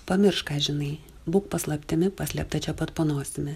pamiršk ką žinai būk paslaptimi paslėpta čia pat po nosimi